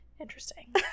Interesting